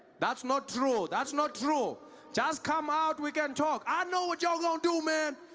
that's not true, that's not true just come out, we can talk i know what you all gonna do man!